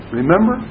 remember